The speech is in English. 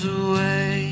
away